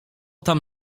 tam